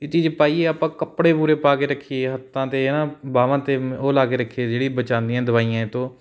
ਇਹ ਚੀਜ਼ ਪਾਈਏ ਆਪਾਂ ਕੱਪੜੇ ਪੂਰੇ ਪਾ ਕੇ ਰੱਖੀਏ ਹੱਥਾਂ 'ਤੇ ਹੈ ਨਾ ਬਾਹਵਾਂ 'ਤੇ ਉਹ ਲਾ ਕੇ ਰੱਖੀਏ ਜਿਹੜੀ ਬਚਾਉਂਦੀਆਂ ਦਵਾਈਆਂ ਇਹ ਤੋੋਂ